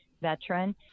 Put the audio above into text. veteran